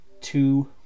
two